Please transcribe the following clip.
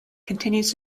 continues